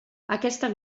aquesta